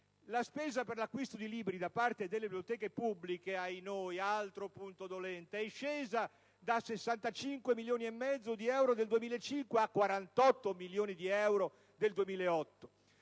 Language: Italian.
la spesa per l'acquisto di libri da parte delle biblioteche pubbliche, altro punto dolente, è scesa dai 65,5 milioni di euro del 2005 ai 48 milioni di euro del 2008;